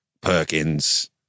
Perkins